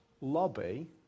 lobby